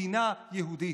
מדינה יהודית.